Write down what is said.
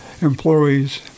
employees